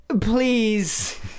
please